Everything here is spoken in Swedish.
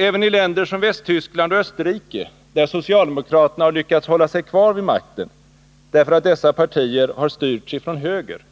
Även i länder som Västtyskland och Österrike, där socialdemokraterna har lyckats hålla sig kvar vid makten, därför att dessa partier har styrts ifrån höger,